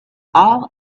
all